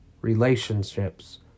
relationships